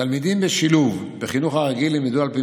תלמידים בשילוב בחינוך הרגיל ילמדו על פי